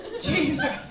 Jesus